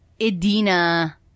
Edina